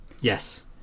Yes